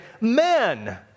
Men